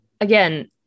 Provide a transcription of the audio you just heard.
again